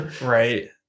right